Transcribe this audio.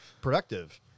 Productive